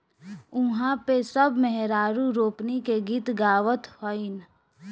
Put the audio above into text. उहा पे सब मेहरारू रोपनी के गीत गावत हईन